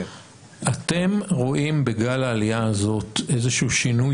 אתם רואים בגל העלייה הזה איזה שהוא שינוי